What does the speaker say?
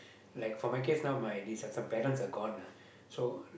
like for my case now my this uh some parents are gone ah so